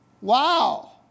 Wow